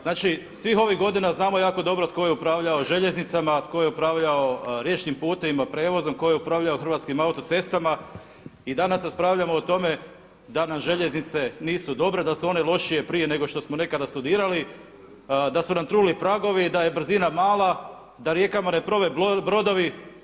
Znači, svih ovih godina znamo jako dobro tko je upravljao željeznicama, tko je upravljao riječnim putevima, prijevozom, tko je upravljao Hrvatskim auto-cestama, i danas raspravljamo o tome da nam željeznice nisu dobre, da su one lošije prije nego što smo nekada studirali, da su nam truli pragovi, da je brzina mala, da rijekama ne plove brodovi.